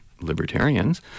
libertarians